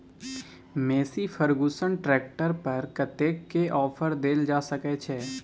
Massey Ferguson tractor पर कतेक के ऑफर देल जा सकै छै?